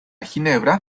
ginebra